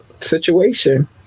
situation